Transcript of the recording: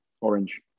orange